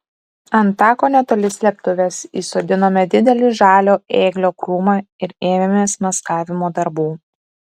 ant tako netoli slėptuvės įsodinome didelį žalio ėglio krūmą ir ėmėmės maskavimo darbų